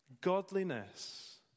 godliness